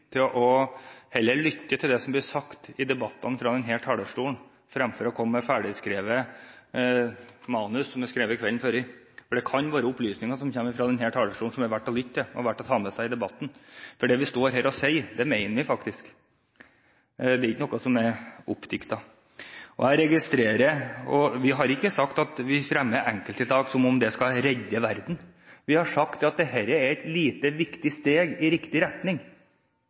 Henriksen til heller å lytte til det som blir sagt i debattene fra denne talerstolen, fremfor å komme med manus som er skrevet ferdig kvelden før, for det kan være opplysninger som kommer fra denne talerstolen som er verdt å lytte til og verdt å ta med seg i debatten. Det vi står her og sier, mener vi faktisk. Det er ikke noe som er oppdiktet. Vi har ikke sagt at vi fremmer enkelttiltak som om det skal redde verden, vi har sagt at dette er et lite, viktig steg i riktig retning.